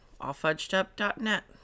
allfudgedup.net